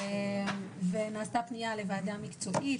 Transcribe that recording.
נעשתה פנייה לוועדה מקצועית.